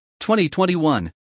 2021